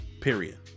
period